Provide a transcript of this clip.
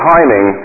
Timing